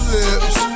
lips